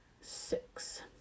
six